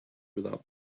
without